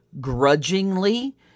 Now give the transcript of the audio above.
grudgingly